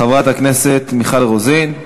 חברת הכנסת מיכל רוזין.